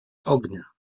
ognia